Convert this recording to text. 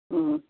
ம்